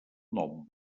nom